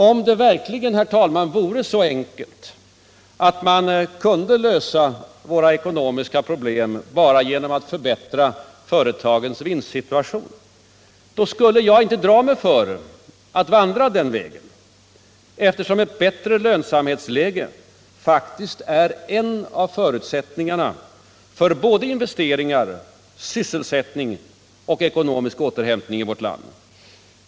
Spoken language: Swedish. Om det verkligen vore så enkelt att man kunde lösa våra ekonomiska problem bara genom att förbättra företagens vinstsituation, skulle jag inte dra mig för att vandra den vägen, eftersom ett bättre lönsamhetsläge faktiskt är en av förutsättningarna för både investeringar, sysselsättning och ekonomisk återhämtning i vårt land.